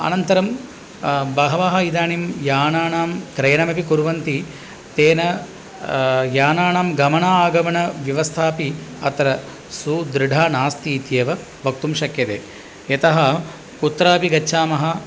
अनन्तरं बहवः इदानीं यानानां क्रयणमपि कुर्वन्ति तेन यानानां गमणागमणव्यवस्थापि अत्र सुदृढा नास्ति इत्येव वक्तुं शक्यते यतः कुत्रापि गच्छामः